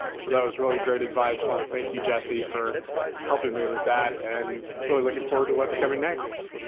so that was really great advice. i want to thank you, jesse, for helping me with that and really looking forward to what's coming next.